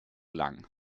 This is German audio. lang